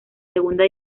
segunda